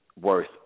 worth